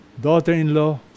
daughter-in-law